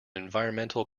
environmental